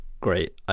great